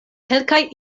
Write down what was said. kelkaj